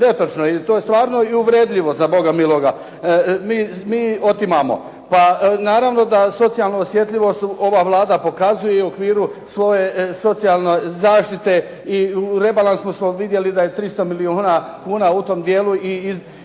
nego je to uvredljivo za Boga miloga. Mi otimamo. Pa naravno da socijalnu osjetljivost ova Vlada pokazuje u okviru svoje socijalne zaštite. I u rebalansu smo vidjeli da je 300 milijuna kuna u tom dijelu i u tom